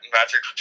Magic